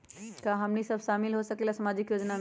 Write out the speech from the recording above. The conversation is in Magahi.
का हमनी साब शामिल होसकीला सामाजिक योजना मे?